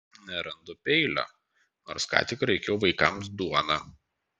nerandu peilio nors ką tik raikiau vaikams duoną